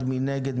מי נגד?